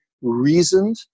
reasoned